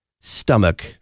stomach